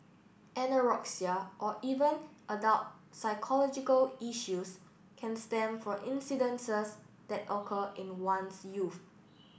anorexia or even adult psychological issues can stem from incidences that occur in one's youth